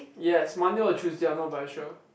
yes Monday or Tuesday I'm not very sure